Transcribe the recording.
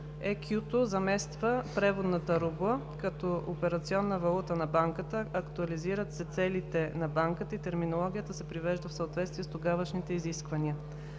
ЕКЮ-то замества преводната рубла като операционна валута на Банката, актуализират се целите на Банката и терминологията се привежда в съответствие с тогавашните изисквания.